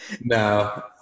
No